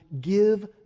give